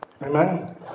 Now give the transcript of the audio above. Amen